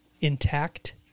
intact